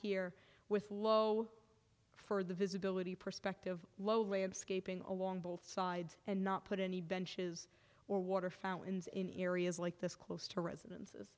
here with low for the visibility perspective low landscaping along both sides and not put any benches or water fountains in areas like this close to residen